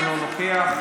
אינו נוכח,